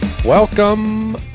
welcome